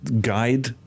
guide